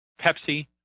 Pepsi